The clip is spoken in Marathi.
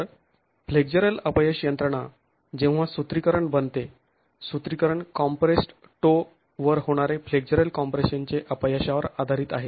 तर फ्लेक्झरल अपयश यंत्रणा जेव्हा सुत्रीकरण बनते सूत्रीकरण कॉम्प्रेस्ड टो वर होणारे फ्लेक्झरल कॉम्प्रेशनचे अपयशावर आधारित आहे